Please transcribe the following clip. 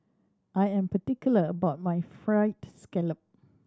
I am particular about my Fried Scallop